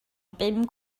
bum